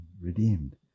redeemed